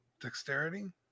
Dexterity